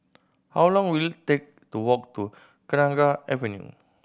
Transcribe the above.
how long will it take to walk to Kenanga Avenue